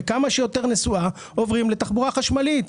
וכמה שיותר נסועה עוברים לתחבורה חשמלית.